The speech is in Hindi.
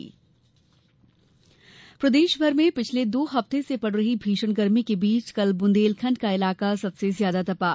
मौसम गर्मी प्रदेशभर में पिछले दो हफ्ते से पड़ रही भीषण गर्मी के बीच कल बुंदेलखंड का इलाका सबसे ज्यादा तपा